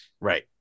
Right